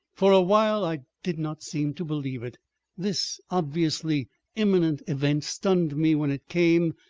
for a while i did not seem to believe it this obviously imminent event stunned me when it came,